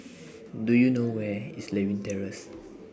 Do YOU know Where IS Lewin Terrace